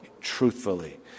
truthfully